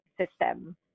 system